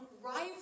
rival